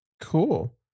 Cool